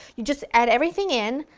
you just add everything in,